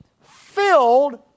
filled